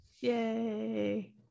Yay